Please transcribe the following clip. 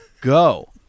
Go